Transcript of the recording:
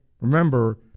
Remember